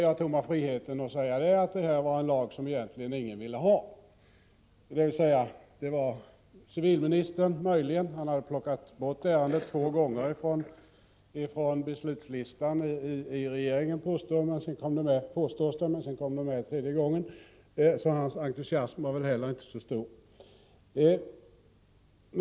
Jag tog mig friheten att säga att det var en lag som ingen egentligen ville ha. Möjligen ville civilministern ha lagen. Han lär i regeringen ha plockat bort ärendet från beslutslistan två gånger, men så kom det, påstås det, med den tredje gången. Så civilministerns entusiasm var väl inte heller så stor.